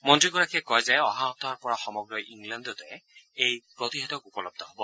মন্ত্ৰীগৰাকীয়ে কয় যে অহা সপ্তাহৰ পৰা সমগ্ৰ ইংলেণ্ডতে এই প্ৰতিষেধক উপলব্ধ হ'ব